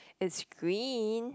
is green